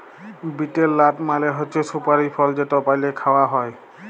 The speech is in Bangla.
বিটেল লাট মালে হছে সুপারি ফল যেট পালে খাউয়া হ্যয়